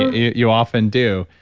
you often do.